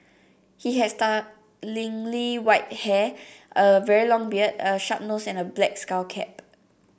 he had startlingly white hair a very long beard a sharp nose and a black skull cap